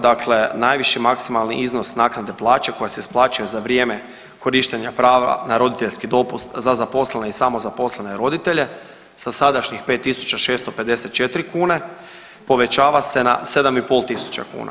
Dakle, najviši maksimalni iznos naknade plaće koja se isplaćuje za vrijeme korištenja prava na roditeljski dopust za zaposlene i samozaposlene roditelje sa sadašnjih 5.654 kune povećava se na 7.500 kuna.